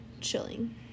chilling